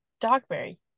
Dogberry